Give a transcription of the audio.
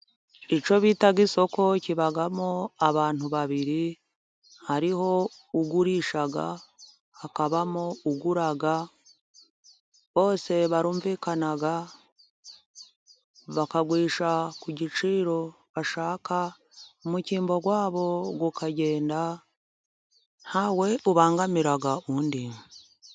Icyo bitaga isoko kibamo abantu babiri, hariho ugurisha, hakabamo ugura, bose barumvikana, bakagurisha ku giciro bashaka, umukimbo wabo ukagenda, ntawe ubangamira undi.